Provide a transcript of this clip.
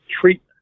treatment